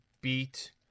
beat